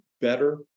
better